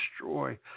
destroy